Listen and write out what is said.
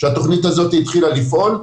כשהתוכנית הזו התחילה לפעול,